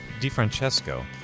DiFrancesco